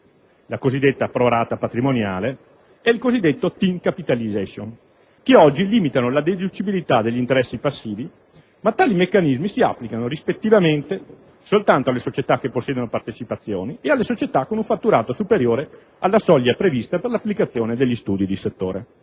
(la cosiddetta *pro-rata* patrimoniale e il cosiddetto *thin capitalization*) che oggi limitano la deducibilità degli interessi passivi, ma tali meccanismi si applicano, rispettivamente, soltanto alle società che possiedono partecipazioni e alle società con un fatturato superiore alla soglia prevista per l'applicazione degli studi di settore.